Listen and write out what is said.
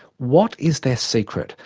what is their secret?